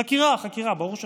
חקירה, חקירה, ברור שחקירה.